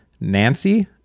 Nancy